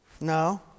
No